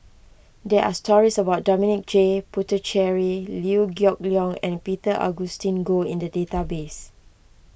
there are stories about Dominic J Puthucheary Liew Geok Leong and Peter Augustine Goh in the database